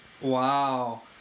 Wow